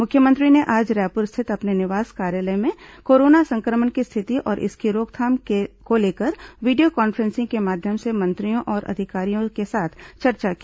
मुख्यमंत्री ने आज रायपुर स्थित अपने निवास कार्यालय से कोरोना संक्रमण की स्थिति और इसकी रोकथाम को लेकर वीडियो कॉन्फ्रेंसिंग के माध्यम से मंत्रियों और अधिकारियों के साथ चर्चा की